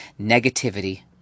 negativity